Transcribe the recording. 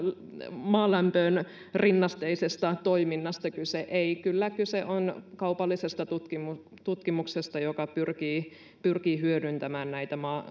maalämpöön rinnasteisesta toiminnasta kyse ei kyllä kyse on kaupallisesta tutkimuksesta tutkimuksesta joka pyrkii pyrkii hyödyntämään näitä